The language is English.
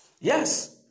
yes